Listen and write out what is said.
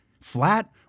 Flat